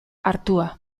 hartua